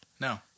No